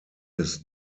his